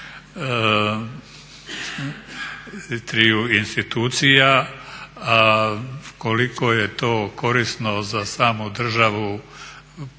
triju institucija koliko je to korisno za samu državu